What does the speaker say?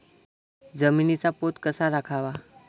जमिनीचा पोत कसा राखावा?